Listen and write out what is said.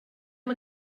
amb